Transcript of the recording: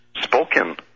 spoken